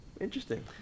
interesting